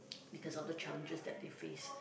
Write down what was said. because of the challenges that they face